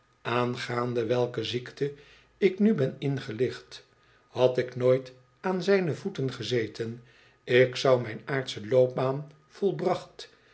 aangaande welke ziekte ik nu ben ingelicht had ik nooit aan zijne voeten gezeten ik zou mijn aardsche loopbaan volbracht